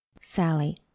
Sally